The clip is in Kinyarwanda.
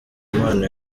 imana